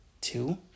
two